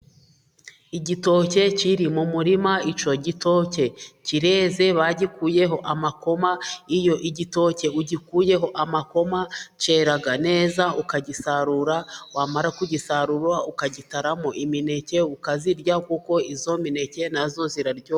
Igitoke kiri mu murima, icyo gitoke kireze bagikuyeho amakoma. Iyo igitoke ugikuyeho amakoma cyera neza ukagisarura, wamara kugisarura ukagitaramo imineke ukazirya kuko iyo mineke nayo iraryoha.